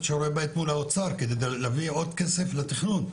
שיעורי בית מול האוצר כדי להביא עוד כסף לתכנון.